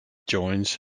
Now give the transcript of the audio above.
joins